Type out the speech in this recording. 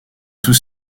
tous